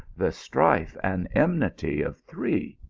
the strife and enmity of three?